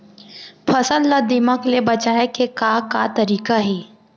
फसल ला दीमक ले बचाये के का का तरीका हे?